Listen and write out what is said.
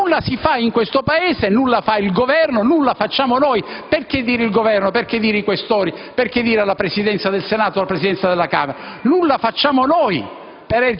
E nulla si fa in questo Paese, nulla fa il Governo; anzi, nulla facciamo noi: perché dire il Governo, perché dire i Questori, perché dire la Presidenza del Senato o la Presidenza della Camera? Nulla facciamo noi